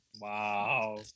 Wow